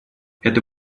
эта